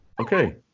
Okay